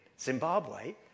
Zimbabwe